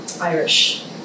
Irish